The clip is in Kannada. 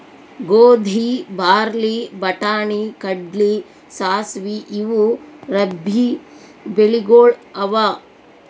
ಗೋಧಿ, ಬಾರ್ಲಿ, ಬಟಾಣಿ, ಕಡ್ಲಿ, ಸಾಸ್ವಿ ಇವು ರಬ್ಬೀ ಬೆಳಿಗೊಳ್ ಅವಾ